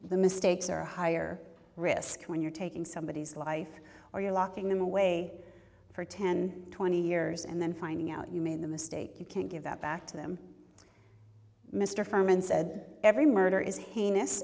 the mistakes are a higher risk when you're taking somebodies life or you're locking them away for ten twenty years and then finding out you made the mistake you can't give that back to them mr ferman said every murder is heinous